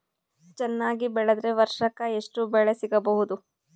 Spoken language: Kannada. ಚೆನ್ನಾಗಿ ಬೆಳೆದ್ರೆ ವರ್ಷಕ ಎಷ್ಟು ಬೆಳೆ ಸಿಗಬಹುದು?